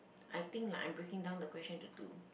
I think I'm breaking down the question into two